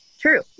true